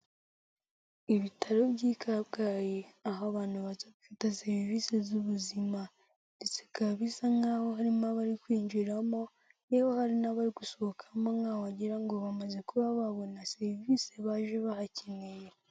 Ibitaro by'i Kabgayi, aho abantu baza gufata serivisi z'ubuzima. Ndetse bikaba bisa nkaho harimo abari kwinjiramo, yewe hari n'abari gusohokamo nkaho wagira ngo bamaze kuba babona serivisi baje bahakeneye.